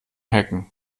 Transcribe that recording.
hacken